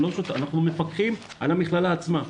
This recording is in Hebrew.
אנחנו מפקחים על המכללה עצמה.